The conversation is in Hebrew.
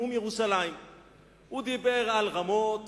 הוא דיבר על רמות,